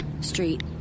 street